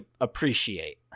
appreciate